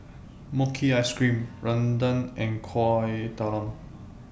Mochi Ice Cream Rendang and Kueh Talam